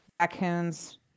raccoons